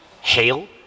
hail